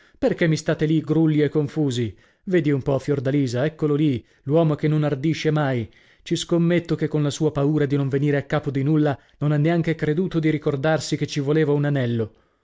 perchè mi state lì grulli e confusi vedi un po fiordalisa eccolo lì l'uomo che non ardisce mai ci scommetto che con la sua paura di non venire a capo di nulla non ha neanche creduto di ricordarsi che ci voleva un anello